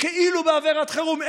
כאילו באווירת חירום.